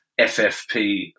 FFP